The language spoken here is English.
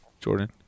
Jordan